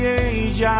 age